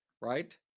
right